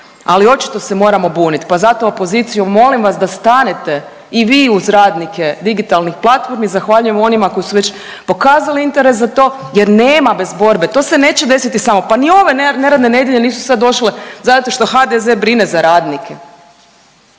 ali očito se moramo buniti. Pa zato opozicijo molim vas da stanete i vi uz radnike digitalnih platformi. Zahvaljujem onima koji su već pokazali interes za to jer nema bez borbe. To se neće desiti samo. Pa ni ove neradne nedjelje nisu sad došle zato što HDZ brine za radnike.